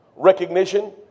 Recognition